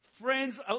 Friends